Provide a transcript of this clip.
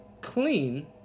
clean